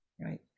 Right